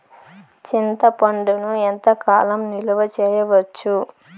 చింతపండును ఎంత కాలం నిలువ చేయవచ్చు?